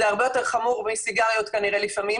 זה הרבה יותר חמור מסיגריות לפעמים,